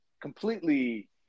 completely